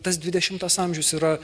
tas dvidešimtas amžius yra